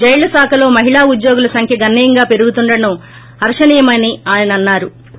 జైళ్ళ శాఖలో మహిళా ఉద్యోగుల సంఖ్య గణనీయంగా పెరుగుతుండటం హర్షణీయమని అన్నా రు